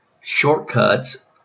shortcuts